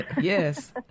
Yes